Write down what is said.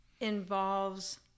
involves